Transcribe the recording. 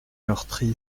meurtri